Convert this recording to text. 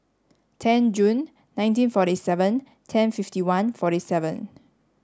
ten June nineteen forty seven ten fifty one forty seven